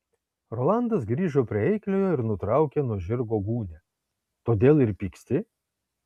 rolandas grįžo prie eikliojo ir nutraukė nuo žirgo gūnią todėl ir pyksti